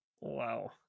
Wow